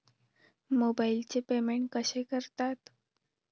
मोबाइलचे पेमेंट कसे करतात?